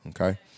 okay